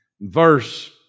verse